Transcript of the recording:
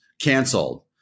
canceled